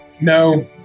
No